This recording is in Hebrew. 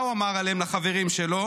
מה הוא אמר עליהם לחברים שלו?